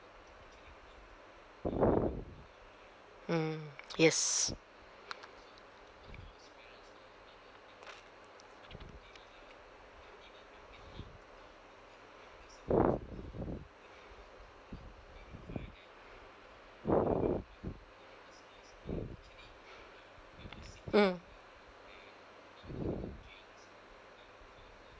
mm yes mm